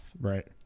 Right